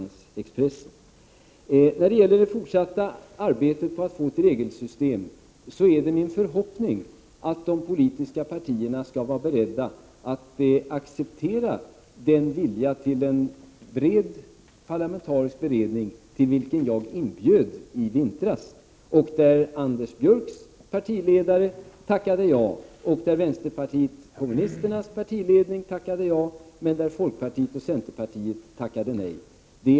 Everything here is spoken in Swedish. När det gäller det fortsatta arbetet på att få ett regelsystem är det min förhoppning att de politiska partierna skall vara beredda att acceptera en bred parlamentarisk beredning, till vilken jag inbjöd i vintras. Anders Björcks och vänsterpartiet kommunisternas partiledare tackade ja till denna inbjudan, medan folkpartiet och centerpartiet tackade nej.